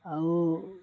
ଆଉ